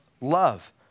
love